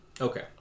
Okay